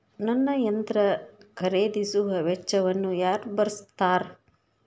ನನ್ನ ಯಂತ್ರ ಖರೇದಿಸುವ ವೆಚ್ಚವನ್ನು ಯಾರ ಭರ್ಸತಾರ್?